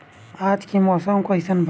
आज के मौसम कइसन बा?